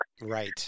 right